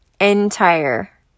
entire